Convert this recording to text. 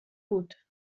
بود